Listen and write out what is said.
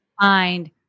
find